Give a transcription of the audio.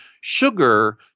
sugar